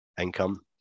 income